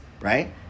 right